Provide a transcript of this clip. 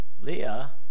Leah